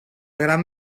gran